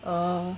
oh